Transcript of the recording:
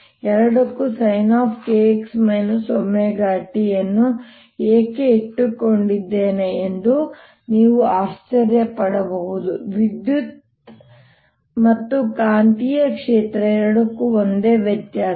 ನಾನು ಎರಡಕ್ಕೂ sin kx wt ಅನ್ನು ಏಕೆ ಇಟ್ಟುಕೊಂಡಿದ್ದೇನೆ ಎಂದು ನೀವು ಆಶ್ಚರ್ಯ ಪಡಬಹುದು ವಿದ್ಯುತ್ ಮತ್ತು ಕಾಂತೀಯ ಕ್ಷೇತ್ರ ಎರಡಕ್ಕೂ ಒಂದೇ ವ್ಯತ್ಯಾಸ